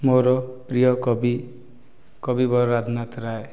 ମୋର ପ୍ରିୟ କବି କବିବର ରାଧାନାଥ ରାୟ